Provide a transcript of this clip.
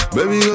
Baby